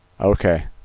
Okay